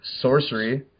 Sorcery